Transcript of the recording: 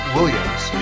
Williams